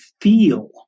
feel